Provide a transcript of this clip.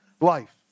life